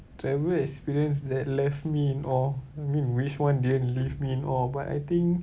travel experience that left me in awe I mean which [one] didn't leave me in awe but I think